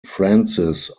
francis